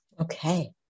Okay